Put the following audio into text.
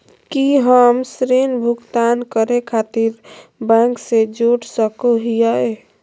की हम ऋण भुगतान करे खातिर बैंक से जोड़ सको हियै?